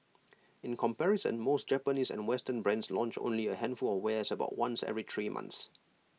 in comparison most Japanese and western brands launch only A handful of wares about once every three months